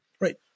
Right